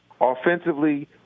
Offensively